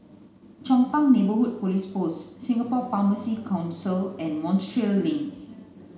Chong Pang Neighbourhood Police Post Singapore Pharmacy Council and Montreal Link